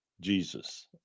Jesus